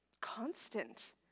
Constant